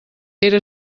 era